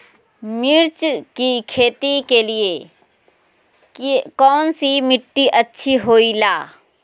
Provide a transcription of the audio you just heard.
मिर्च की खेती के लिए कौन सी मिट्टी अच्छी होईला?